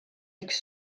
üks